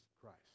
Christ